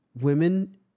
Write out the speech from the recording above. women